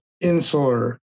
insular